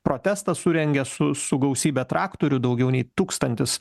protestą surengė su su gausybe traktorių daugiau nei tūkstantis